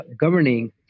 governing